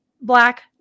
black